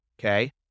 Okay